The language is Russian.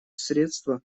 средства